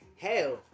hell